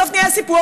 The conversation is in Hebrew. בסוף נהיה סיפוח,